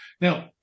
now